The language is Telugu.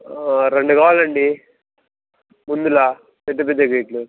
రెండు కావాలండీ ముందలా పెద్ద పెద్ద గేట్లు